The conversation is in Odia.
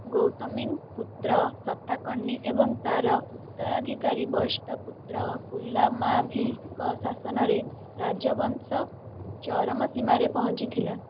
ଗୌତମୀପୁତ୍ର ସତାକର୍ଣ୍ଣି ଏବଂ ତାର ଉତ୍ତରାଧିକାରୀ ବୈଷ୍ଠପୁତ୍ର ପୁଲାମାଭିଙ୍କ ଶାସନରେ ରାଜବଂଶ ଚରମ ସୀମାରେ ପହଞ୍ଚିଥିଲା